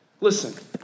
Listen